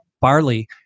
barley